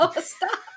stop